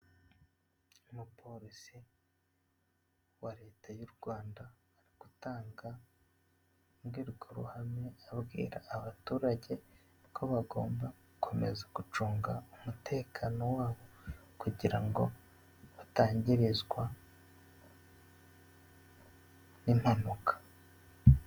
Umupolisi wa leta y'u Rwanda ari gutanga imbwirwaruhame, abwira abaturage ko bagomba gukomeza gucunga umutekano wabo kugira ngo batangirizwa n'impanuka.